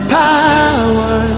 power